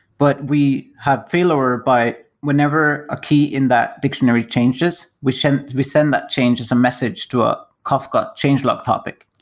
but we have failover whenever a key in that dictionary changes, we send we send that change as a message to a kafka change log topic.